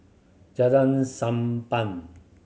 Jalan Sunppan